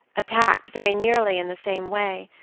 attacked very nearly in the same way,